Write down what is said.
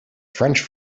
french